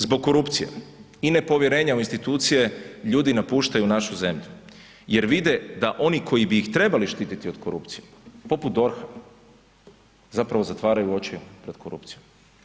Zbog korupcije i nepovjerenja u institucije, ljudi napuštaju našu zemlju jer vide da oni koji bi ih trebali štititi od korupcije poput DORH-a, zapravo zatvaraju oči pred korupcijom.